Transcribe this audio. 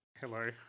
Hello